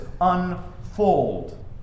unfold